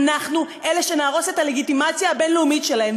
אנחנו אלה שנהרוס את הלגיטימציה הבין-לאומית שלהם,